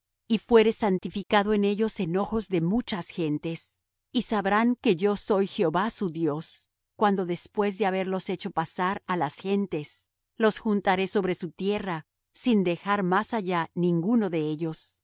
y fuere santificado en ellos en ojos de muchas gentes y sabrán que yo soy jehová su dios cuando después de haberlos hecho pasar á las gentes los juntaré sobre su tierra sin dejar más allá ninguno de ellos